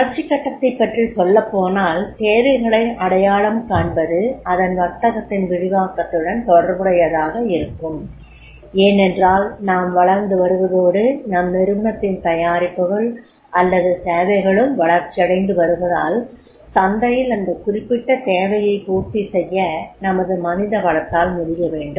வளர்ச்சிக் கட்டத்தைப் பற்றி சொல்லப்போனால் தேவைகளை அடையாளம் காண்பது அதன் வர்த்தகத்தின் விரிவாக்கத்துடன் தொடர்புடையதாக இருக்கும் ஏனென்றால் நாம் வளர்ந்து வருவதோடு நம் நிறுவனத்தின் தயாரிப்புகள் அல்லது சேவைகளும் வளர்ச்சியடைந்து வருவதால் சந்தையில் அந்த குறிப்பிட்ட தேவையை பூர்த்தி செய்ய நமது மனிதவளத்தால் முடியவேண்டும்